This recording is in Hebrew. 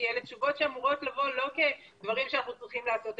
כי אלה תשובות שאמורות לבוא לא כדברים שאנחנו צריכים לעשות,